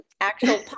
actual